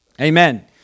Amen